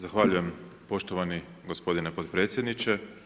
Zahvaljujem poštovani gospodine potpredsjedniče.